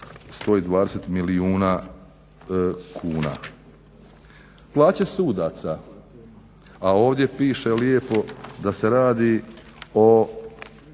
120 milijuna kuna. Plaće sudaca, a ovdje piše lijepo da se radi i